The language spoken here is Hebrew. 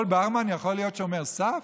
כל ברמן יכול להיות שומר סף.